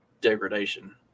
degradation